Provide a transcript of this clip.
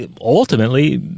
ultimately